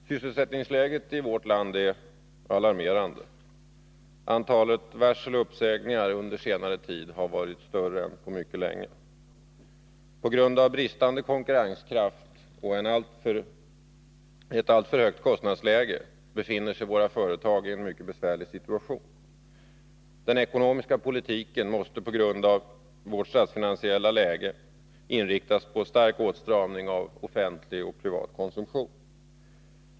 Herr talman! Sysselsättningsläget i vårt land är alarmerande. Antalet varsel och uppsägningar under senare tid har varit större än på mycket länge. På grund av bristande konkurrenskraft och ett alltför högt kostnadsläge befinner sig våra företag i en mycket besvärlig situation. Den ekonomiska politiken måste på grund av vårt statsfinansiella läge inriktas på en stark åtstramning av offentlig och privat konsumtion.